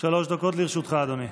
שלוש דקות לרשותך, אדוני.